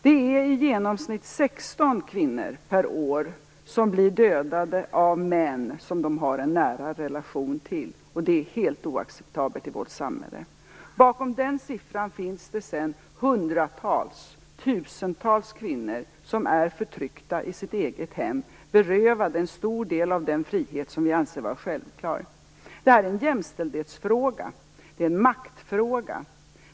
Det är i genomsnitt 16 kvinnor per år som blir dödade av män som de har en nära relation till. Det är helt oacceptabelt i vårt samhälle. Bakom den siffran finns det sedan hundratals eller tusentals kvinnor som är förtryckta i sitt eget hem och berövade en stor del av den frihet som vi anser vara självklar. Det är en jämställdhetsfråga. Det är en maktfråga.